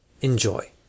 Enjoy